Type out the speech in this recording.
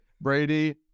Brady